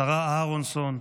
שרה אהרנסון,